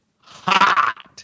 hot